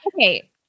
Okay